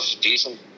decent